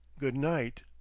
good night.